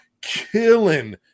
Killing